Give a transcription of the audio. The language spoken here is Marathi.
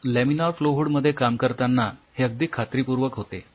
तर लॅमिनार फ्लो हूड मध्ये काम करतांना हे अगदी खात्रीपूर्वक होते